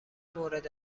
مورد